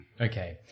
Okay